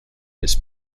his